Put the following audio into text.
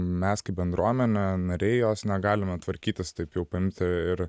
mes kaip bendruomenė nariai jos negalime tvarkytis taip jau paimti ir